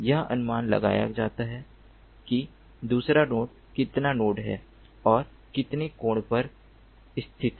यह अनुमान लगाया जाता है कि दूसरा नोड कितना नोड है और कितने कोण पर स्थित है